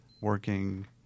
working